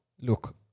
look